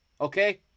okay